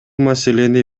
маселени